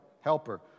helper